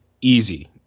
easy